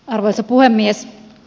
arvoisa puhemies